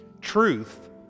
Truth